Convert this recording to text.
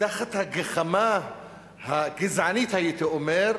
תחת הגחמה הגזענית, הייתי אומר,